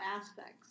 aspects